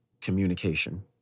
communication